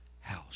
house